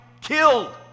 killed